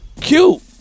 cute